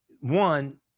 one